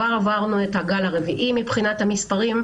עברנו את הגל הרביעי מבחינת המספרים,